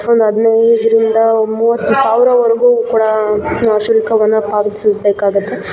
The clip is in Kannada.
ಒಂದು ಹದಿನೈದ್ರಿಂದ ಮೂವತ್ತು ಸಾವಿರವರಗೂ ಕೂಡ ನಾವು ಶುಲ್ಕವನ್ನು ಪಾವತಿಸಬೇಕಾಗತ್ತೆ